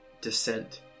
descent